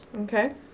okay